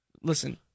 listen